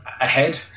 ahead